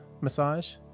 massage